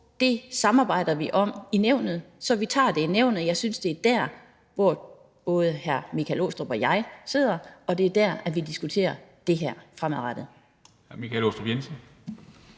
spor samarbejder vi om i Nævnet. Så vi tager det i Nævnet – det er der, hvor både hr. Michael Aastrup Jensen og jeg sidder, og det er der, vi diskuterer det her fremadrettet.